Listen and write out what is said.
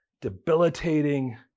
debilitating